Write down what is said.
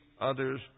others